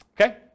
Okay